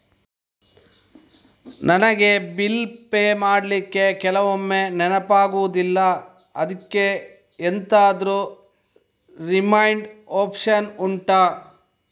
ನನಗೆ bill pay ಮಾಡ್ಲಿಕ್ಕೆ ಕೆಲವೊಮ್ಮೆ ನೆನಪಾಗುದಿಲ್ಲ ಅದ್ಕೆ ಎಂತಾದ್ರೂ ರಿಮೈಂಡ್ ಒಪ್ಶನ್ ಉಂಟಾ